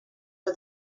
for